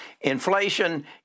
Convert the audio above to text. Inflation